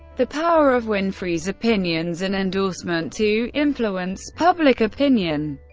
the power of winfrey's opinions and endorsement to influence public opinion,